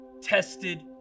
tested